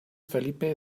felipe